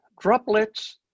droplets